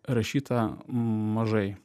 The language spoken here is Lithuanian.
rašyta mažai